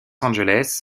angeles